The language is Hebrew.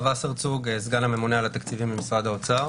אני סגן הממונה על התקציבים במשרד האוצר.